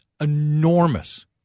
enormous